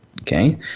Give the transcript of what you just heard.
okay